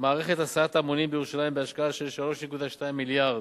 מערכת הסעת המונים בירושלים בהשקעה של 3.2 מיליארד.